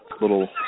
little